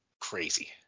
crazy